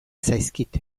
zaizkit